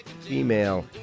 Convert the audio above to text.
female